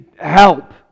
help